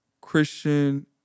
Christian